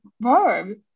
verb